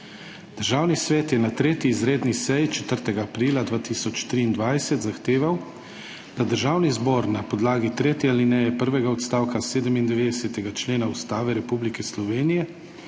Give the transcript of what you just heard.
Državni svet je na 3. izredni seji 4. aprila 2023 zahteval, da Državni zbor na podlagi tretje alineje prvega odstavka 97. člena Ustave Republike Slovenije